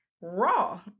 raw